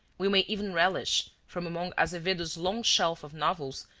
we may even relish, from among azevedo's long shelf of novels,